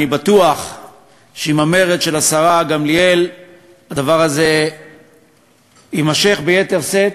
אני בטוח שעם המרץ של השרה גמליאל הדבר הזה יימשך ביתר שאת,